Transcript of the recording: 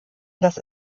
dass